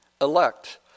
elect